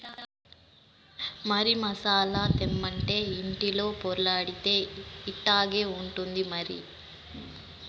మరి మసాలా తెమ్మంటే ఇంటిలో పొర్లాడితే ఇట్టాగే ఉంటాది మరి